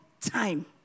time